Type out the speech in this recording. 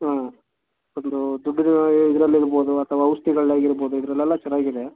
ಹಾಂ ಒಂದು ದುಡ್ಡಿದು ಇದ್ರಲ್ಲಿ ಇರ್ಬೋದು ಅಥವಾ ಔಷಧಿಗಳ್ದಾಗಿರ್ಬೋದು ಇದರಲ್ಲೆಲ್ಲ ಚೆನ್ನಾಗಿದೆ